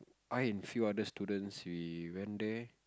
I and few other students we went there